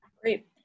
Great